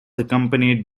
accompanied